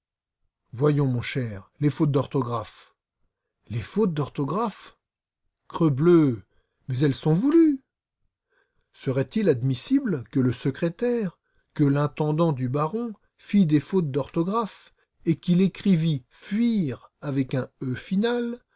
voyons mon cher les fautes d'ortographe les fautes d'orthographe crebleu mais elles sont voulues serait-il admissible que le secrétaire que l'intendant du baron fît des fautes d'orthographe et qu'il écrivît fuire avec un e final